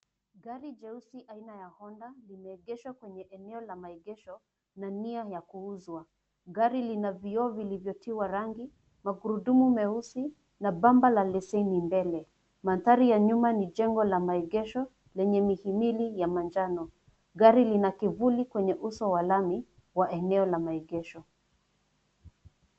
Gari jeusi aina ya Honda limeegeshwa kwenye eneo la maegesho na nia ya kuuzwa. Gari lina vioo vilivyotiwa rangi, magurudumu meusi na bamba la leseni mbele. Mandhari ya nyuma ni jengo la maegesho lenye mihimili ya manjano. Gari lina kivuli kwenye uso wa lami wa eneo la maegesho.